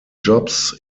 jobs